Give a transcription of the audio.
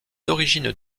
origines